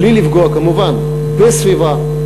בלי לפגוע כמובן בסביבה,